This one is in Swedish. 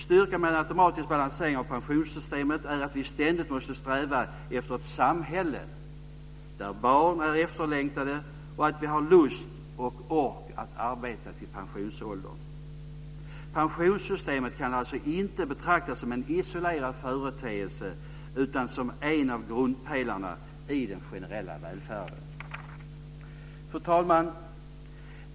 Styrkan med en automatisk balansering av pensionssystemet är att vi ständigt måste sträva efter ett samhälle där barn är efterlängtade och där vi har lust och ork att arbeta fram till pensionsåldern. Pensionssystemet kan alltså inte betraktas som en isolerad företeelse utan som en av grundpelarna i den generella välfärden. Fru talman!